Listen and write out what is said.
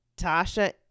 Tasha